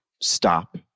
stop